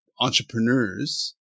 Entrepreneurs